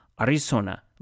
Arizona